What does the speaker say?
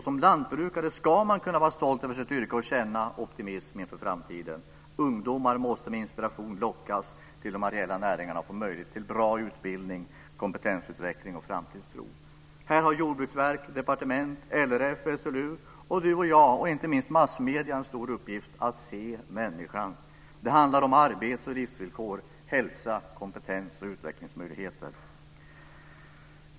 Som lantbrukare ska man kunna vara stolt över sitt yrke och känna optimism inför framtiden. Ungdomar måste lockas till de areella näringarna med inspiration. De måste få möjlighet till bra utbildning, kompetensutveckling och framtidstro. Här har Jordbruksverket, departementet, LRF, SLU, du och jag och inte minst massmedierna en stor uppgift att se människan. Det handlar om arbets och livsvillkor, hälsa, kompetens och utvecklingsmöjligheter.